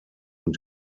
und